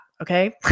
okay